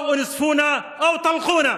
(אומר בערבית: או שתנהגו עמנו בלי משוא פנים או שנלך בדרכנו.)